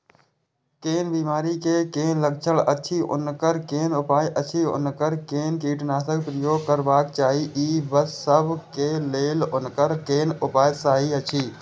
कोन बिमारी के कोन लक्षण अछि उनकर कोन उपाय अछि उनकर कोन कीटनाशक प्रयोग करबाक चाही ई सब के लेल उनकर कोन उपाय सहि अछि?